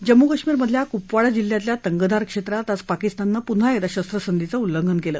जम्मू काश्मीर मधल्या कुपवाडा जिल्ह्यातील तंगधार क्षेत्रात आज पाकिस्ताननं पुन्हा एकदा शस्त्रसंधीचं उल्लंघन केलं